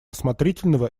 осмотрительного